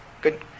Good